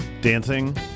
dancing